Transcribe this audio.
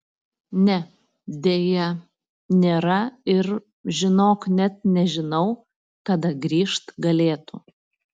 ne deja nėra ir žinok net nežinau kada grįžt galėtų